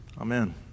Amen